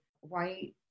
white